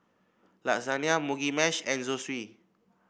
Lasagna Mugi Meshi and Zosui